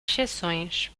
exceções